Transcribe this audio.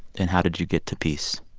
and how did you get to peace?